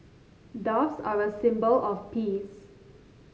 doves are a symbol of peace